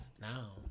Now